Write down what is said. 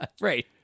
Right